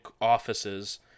offices